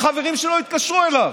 החברים שלו התקשרו אליו,